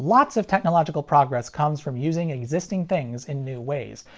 lots of technological progress comes from using existing things in new ways.